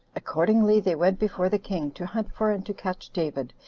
accordingly they went before the king, to hunt for and to catch david,